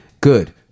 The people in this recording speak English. good